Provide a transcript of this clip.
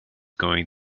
going